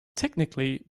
technically